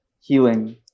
healing